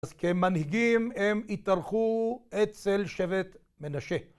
אז כמנהיגים הם התארחו אצל שבט מנשה